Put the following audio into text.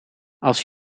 als